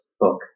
book